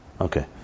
Okay